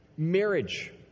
Marriage